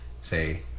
Say